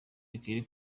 kelly